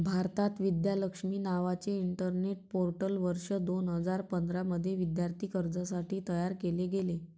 भारतात, विद्या लक्ष्मी नावाचे internet portal वर्ष दोन हजार पंधरा मध्ये विद्यार्थी कर्जासाठी तयार केले गेले